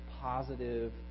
positive